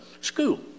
school